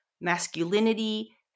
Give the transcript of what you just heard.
masculinity